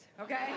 okay